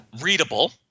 readable